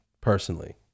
personally